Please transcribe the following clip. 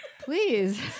Please